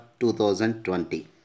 2020